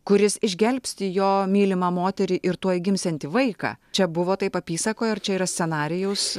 kuris išgelbsti jo mylimą moterį ir tuoj gimsiantį vaiką čia buvo taip apysakoj ar čia yra scenarijaus